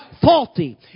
faulty